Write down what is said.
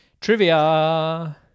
Trivia